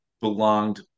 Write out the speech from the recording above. belonged